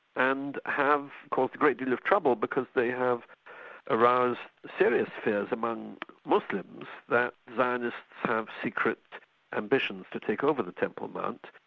and have caused a great deal of trouble, because they have aroused serious fears among muslims that zionists have secret ambitions to take over the temple mount,